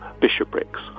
bishoprics